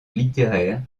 littéraire